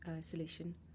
solution